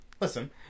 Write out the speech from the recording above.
Listen